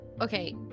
okay